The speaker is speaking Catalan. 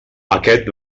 aquest